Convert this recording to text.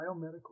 biomedical